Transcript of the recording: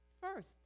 first